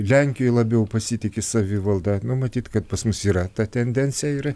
lenkijoj labiau pasitiki savivalda nu matyt kad pas mus yra ta tendencija ir